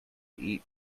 eat